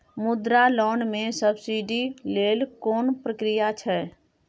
मुद्रा लोन म सब्सिडी लेल कोन प्रक्रिया छै?